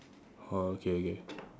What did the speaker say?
oh okay okay